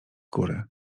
kury